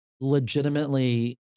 legitimately